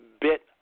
bit